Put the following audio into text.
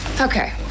Okay